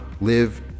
live